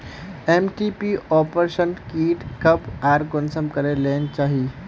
MTP abortion kit कब आर कुंसम करे लेना चही?